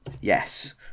Yes